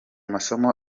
masomo